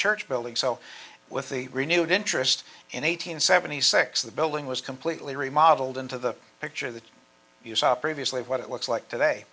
church building so with the renewed interest in eight hundred seventy six the building was completely remodeled into the picture that you saw previously what it looks like today